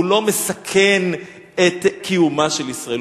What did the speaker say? הוא לא מסכן את קיומה של ישראל,